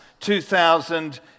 2,000